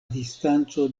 distanco